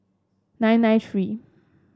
nine nine three